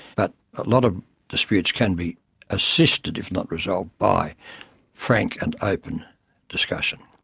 but a lot of disputes can be assisted if not resolved by frank and open discussion.